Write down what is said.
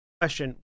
Question